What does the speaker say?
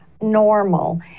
normal